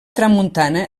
tramuntana